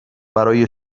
برای